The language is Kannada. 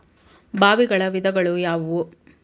ಬಾವಿಗಳ ವಿಧಗಳು ಯಾವುವು?